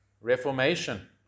Reformation